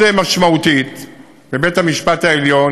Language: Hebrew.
משמעותית מאוד בבית-המשפט העליון,